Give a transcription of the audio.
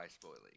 spoiling